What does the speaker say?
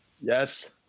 yes